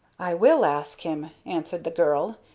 i will ask him, answered the girl,